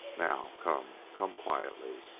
now, come come quietly.